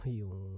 yung